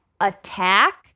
attack